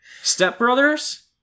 Stepbrothers